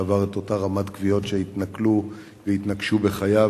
שעבר את אותה רמת כוויות כשהתנכלו והתנקשו בחייו,